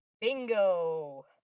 Bingo